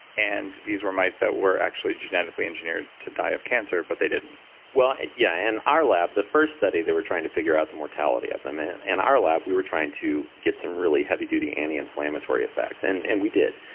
and these were mice that were actually genetically engineered to die of cancer, but they didn't well, yeah. in our lab. the first study they were trying to figure out the mortality of them. in and our lab, we were trying to get some really heavy-duty anti-inflammatory effects. and and we did.